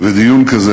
ודיון כזה?